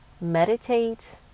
meditate